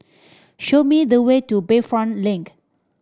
show me the way to Bayfront Link